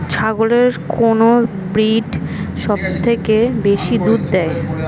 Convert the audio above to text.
ছাগলের কোন ব্রিড সবথেকে বেশি দুধ দেয়?